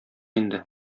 инде